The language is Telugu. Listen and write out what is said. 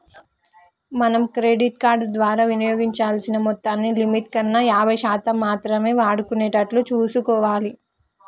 మనం క్రెడిట్ కార్డు ద్వారా వినియోగించాల్సిన మొత్తాన్ని లిమిట్ కన్నా యాభై శాతం మాత్రమే వాడుకునేటట్లు చూసుకోవాలి